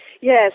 Yes